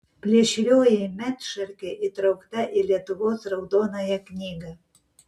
plėšrioji medšarkė įtraukta į lietuvos raudonąją knygą